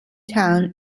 town